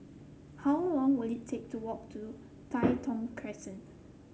how long will it take to walk to Tai Thong Crescent